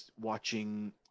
watching